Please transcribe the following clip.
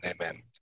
Amen